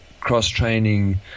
cross-training